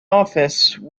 office